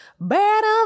better